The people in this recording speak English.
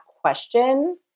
question